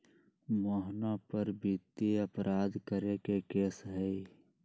मोहना पर वित्तीय अपराध करे के केस हई